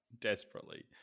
desperately